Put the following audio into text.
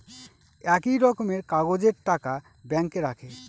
একই রকমের কাগজের টাকা ব্যাঙ্কে রাখে